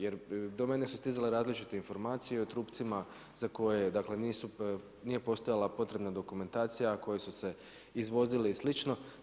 Jer do mene su stizale različite informacije i o trupcima za koje, dakle nisu, nije postojala potrebna dokumentacija koji su se izvozili i slično.